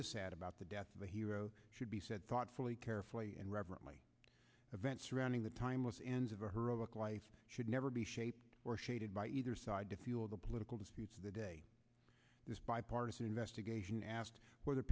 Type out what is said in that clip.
is sad about the death of a hero should be said thoughtfully carefully and reverently events surrounding the timeless ends of a heroic life should never be shaped or shaded by either side to fuel the political disputes of the day this bipartisan investigation asked where the